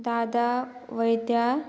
दादा वैद्या